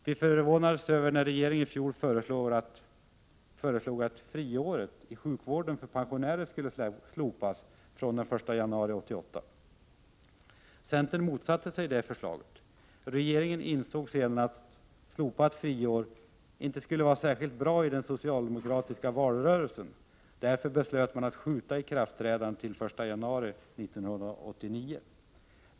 Vi förvånades när regeringen i fjol föreslog att friåret i sjukvården för pensionärer skulle slopas från den 1 januari 1988. Centern motsatte sig det förslaget. Regeringen insåg sedan att ett slopat friår inte skulle göra sig särskilt bra i den socialdemokratiska valrörelsen. Därför beslöt man skjuta ikraftträdandet till den 1 januari 1989.